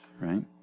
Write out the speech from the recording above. right